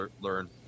learn